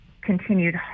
continued